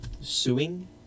Suing